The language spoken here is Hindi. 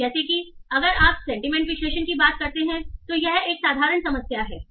तो जैसे कि अगर आप सेंटीमेंट विश्लेषण की बात करते हैं तो यह एक साधारण समस्या है